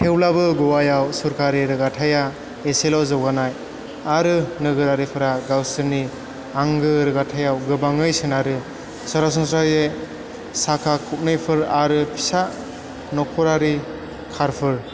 थेवब्लाबो गवायाव सरकारि रोगाथाइआ एसेल' जौगानाय आरो नोगोरारिफोरा गावसिनि आंगो रोगाथाइआव गोबाङै सोनारो सरासनस्रायै साखा खबनैफोर आरो फिसा नख'रारि कारफोर